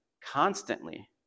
constantly